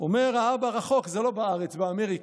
אומר האבא: רחוק, זה לא בארץ, באמריקה.